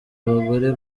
abagore